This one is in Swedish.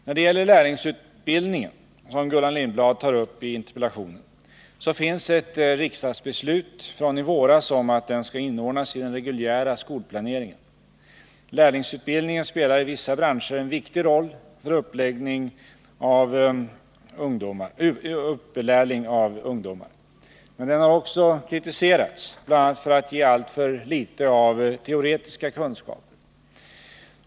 När det gäller lärlingsutbildningen, som Gullan Lindblad tar upp i interpellationen, så finns ett riksdagsbeslut från i våras om att den skall inordnas i den reguljära skolplaneringen. Lärlingsutbildningen spelar i vissa branscher en viktig roll för upplärning av ungdomar. Men den har också kritiserats, bl.a. för att ge alltför litet av teoretiska kunskaper.